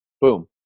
Boom